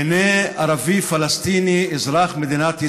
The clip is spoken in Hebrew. הינה ערבי פלסטיני, אזרח מדינת ישראל,